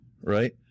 right